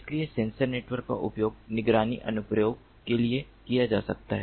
इसलिए sensor network का उपयोग निगरानी अनुप्रयोग के लिए किया जा सकता है